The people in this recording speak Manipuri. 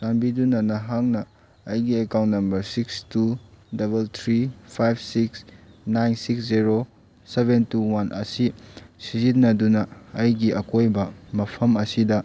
ꯆꯥꯟꯕꯤꯗꯨꯅ ꯅꯍꯥꯛꯅ ꯑꯩꯒꯤ account number six two double three five six nine six zero seven two one ꯑꯁꯤ ꯁꯤꯖꯤꯟꯅꯗꯨꯅ ꯑꯩꯒꯤ ꯑꯀꯣꯏꯕ ꯃꯐꯝ ꯑꯁꯤꯗ